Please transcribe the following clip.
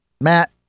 Matt